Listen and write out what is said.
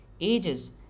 ages